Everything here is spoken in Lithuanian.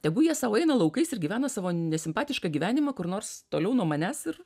tegu jie sau eina laukais ir gyvena savo nesimpatišką gyvenimą kur nors toliau nuo manęs ir